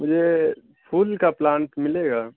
مجھے پھول کا پلانٹ ملے گا